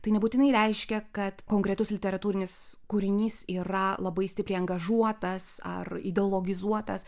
tai nebūtinai reiškia kad konkretus literatūrinis kūrinys yra labai stipriai angažuotas ar ideologizuotas